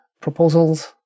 proposals